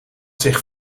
zich